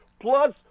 plus